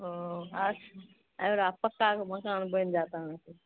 ओ अच्छा एहि बेरा पक्काके मकान बनि जायत अहाँके